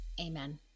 Amen